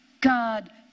God